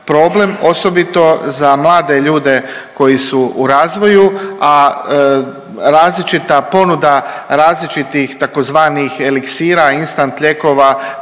osobito za mlade ljude koji su u razvoju, a različita ponuda različitih tzv. eliksira, instant lijekova